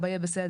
אבא יהיה בסדר",